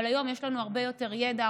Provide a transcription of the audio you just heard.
אבל היום יש לנו הרבה יותר ידע,